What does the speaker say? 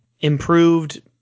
improved